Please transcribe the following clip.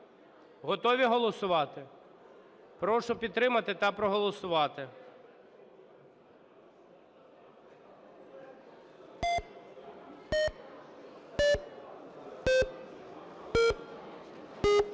Готові голосувати? Прошу підтримати та проголосувати.